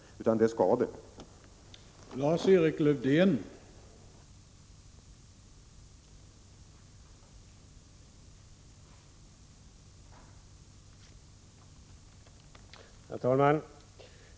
Riksdagen skall behandla denna fråga.